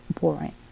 boring